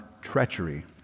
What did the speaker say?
treachery